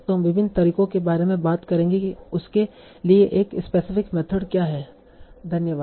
तो हम विभिन्न तरीकों के बारे में बात करेंगे कि उसके लिए एक स्पेसिफिक मेथड क्या है